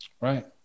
right